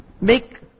make